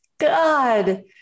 God